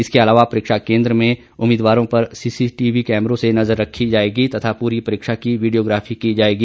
इसके अलावा परीक्षा केंद्र में उम्मीदवारों पर सीसीटीवी कैमरों से नजर रखी जायेगी तथा पूरी परीक्षा की वीडियोग्राफी की जाएगी